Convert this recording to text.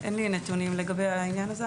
אין לי נתונים לגבי העניין הזה.